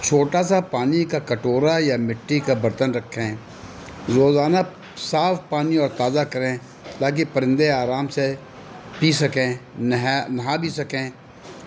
چھوٹا سا پانی کا کٹورا یا مٹی کا برتن رکھیں روزانہ صاف پانی اور تازہ کریں تاکہ پرندے آرام سے پی سکیں نہا نہا بھی سکیں